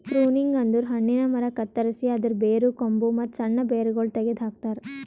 pruning ಅಂದುರ್ ಹಣ್ಣಿನ ಮರ ಕತ್ತರಸಿ ಅದರ್ ಬೇರು, ಕೊಂಬು, ಮತ್ತ್ ಸಣ್ಣ ಬೇರಗೊಳ್ ತೆಗೆದ ಹಾಕ್ತಾರ್